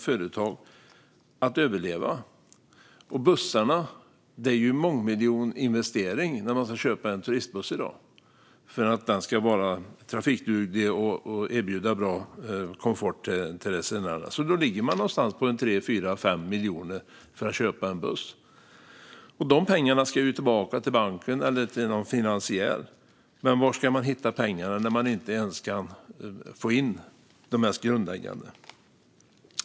Det innebär en mångmiljoninvestering när man ska köpa en turistbuss i dag, om den ska vara trafikduglig och erbjuda bra komfort till resenärerna. Det kostar 3-5 miljoner om man vill köpa en buss. Dessa pengar ska tillbaka till banken eller någon finansiär. Men var ska man hitta pengarna när man inte ens kan få in det mest grundläggande?